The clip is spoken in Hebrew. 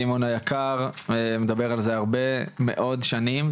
סימון היקר מדבר על זה הרבה מאוד שנים,